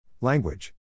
Language